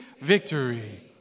victory